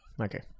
okay